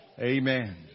Amen